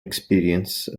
experience